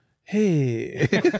hey